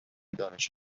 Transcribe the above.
دانش